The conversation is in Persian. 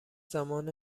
زمان